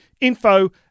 info